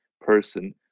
person